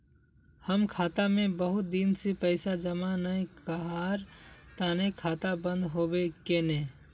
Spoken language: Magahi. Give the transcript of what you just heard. हम खाता में बहुत दिन से पैसा जमा नय कहार तने खाता बंद होबे केने?